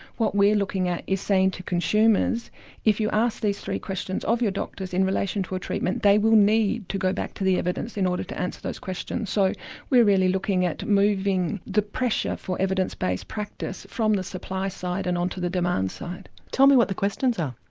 what we're looking at is saying to consumers if you ask these three questions of your doctors in relation to a treatment, they will need to go back to the evidence in order to answer those questions. so we're really looking at moving the pressure for evidence based practice from the supply side and onto the demand side. tell me what the questions are?